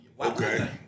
Okay